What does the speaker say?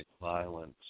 violence